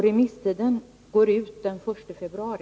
Remisstiden går ut den 1 februari.